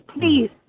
please